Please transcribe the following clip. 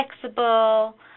flexible